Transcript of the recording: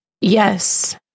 Yes